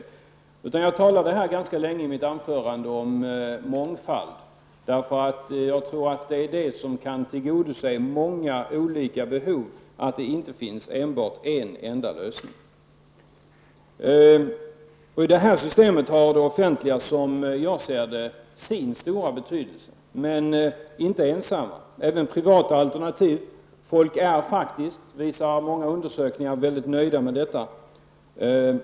I mitt anförande talade jag ganska länge om mångfald. Jag tror att man annars inte kan tillgodose många olika behov. Det skall inte finnas en enda lösning. I det här systemet har det offentliga, som jag ser det, sin stora betydelse, men inte ensamt. Även privata alternativ behövs. Många undersökningar visar att folk är mycket nöjda med detta.